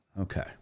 Okay